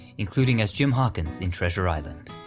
including as jim hawkins in treasure island.